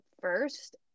first